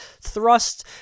thrust